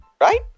right